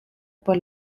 por